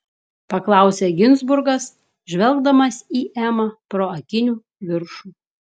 paklausė ginzburgas žvelgdamas į emą pro akinių viršų